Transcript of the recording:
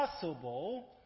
possible